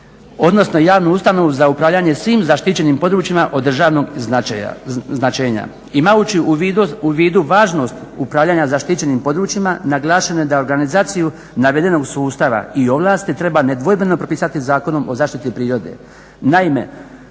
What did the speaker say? odnosno javnu ustanovu za upravljanje svim zaštićenim područjima od državnog značenja. Imajući u vidu važnost upravljanja zaštićenim područjima naglašeno je da organizaciju navedenog sustava i ovlasti treba nedvojbeno propisati Zakonom o zaštiti prirode.